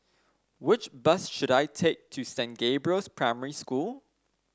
which bus should I take to Saint Gabriel's Primary School